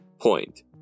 Point